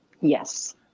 Yes